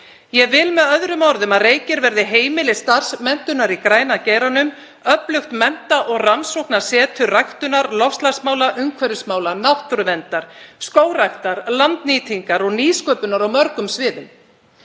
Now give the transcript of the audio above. Ég vil með öðrum orðum að Reykir verði heimili starfsmenntunar í græna geiranum, öflugt mennta- og rannsóknarsetur ræktunar, loftslagsmála, umhverfismála, náttúruverndar, skógræktar, landnýtingar og nýsköpunar á mörgum sviðum.